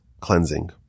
cleansing